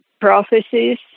prophecies